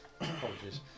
apologies